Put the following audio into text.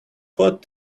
what